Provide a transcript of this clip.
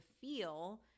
feel